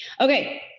Okay